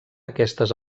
aquestes